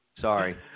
Sorry